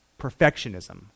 perfectionism